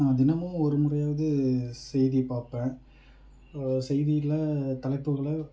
நான் தினமும் ஒருமுறையாவது செய்தி பார்ப்பேன் செய்தியெலாம் தலைப்புகளை